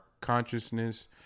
consciousness